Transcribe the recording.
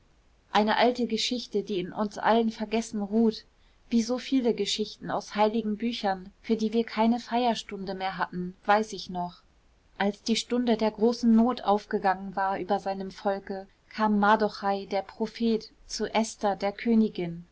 eine alte geschichte die in uns allen vergessen ruht wie so viele geschichten aus heiligen büchern für die wir keine feierstunde mehr hatten weiß ich noch als die stunde der großen not aufgegangen war über seinem volke kam mardochai der prophet zu esther der königin